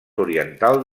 oriental